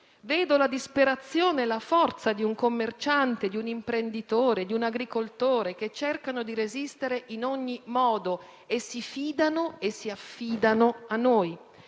Vedo la disperazione e la forza di un commerciante, di un imprenditore, di un agricoltore che cercano di resistere in ogni modo e si fidano e si affidano a noi.